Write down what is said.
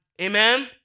Amen